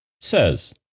says